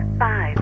five